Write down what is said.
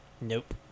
Nope